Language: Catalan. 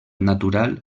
natural